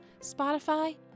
Spotify